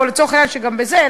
או לצורך העניין גם בזה,